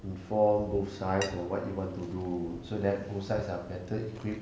inform both sides on what you want to do so that both sides are better equipped